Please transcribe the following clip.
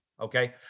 Okay